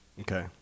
Okay